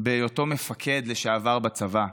בהיותו מפקד לשעבר בצבא.